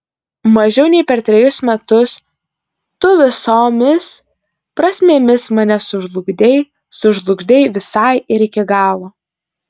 mažiau nei per trejus metus tu visomis prasmėmis mane sužlugdei sužlugdei visai ir iki galo